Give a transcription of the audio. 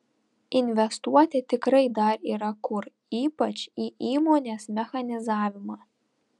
investuoti tikrai dar yra kur ypač į įmonės mechanizavimą